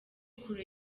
kure